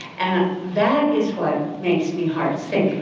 and that is what makes me heartsick,